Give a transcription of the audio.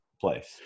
place